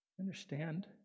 Understand